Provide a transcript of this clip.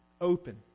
open